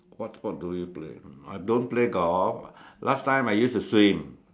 what sport do you play I don't play golf last time I used to swim